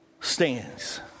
stands